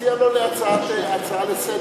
תציע לו הצעה לסדר: